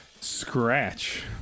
Scratch